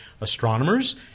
astronomers